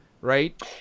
right